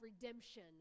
redemption